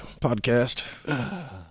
podcast